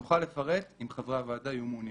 נוכל לפרט אם חברי הוועדה יהיו מעוניינים.